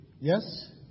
yes